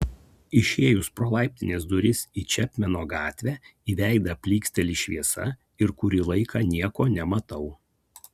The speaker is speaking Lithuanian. išėjus pro laiptinės duris į čepmeno gatvę į veidą plyksteli šviesa ir kurį laiką nieko nematau